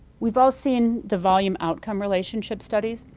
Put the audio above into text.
we've all seen the volume outcome relationship studies,